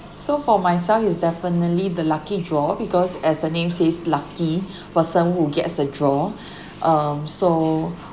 so for myself it's definitely the lucky draw because as the name says lucky for someone who gets a draw um so